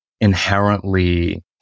inherently